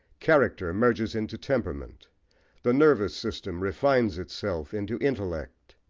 character merges into temperament the nervous system refines itself into intellect.